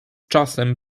czasem